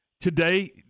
Today